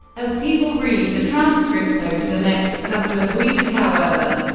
as people read the transcripts over the next couple of weeks, however,